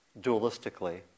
dualistically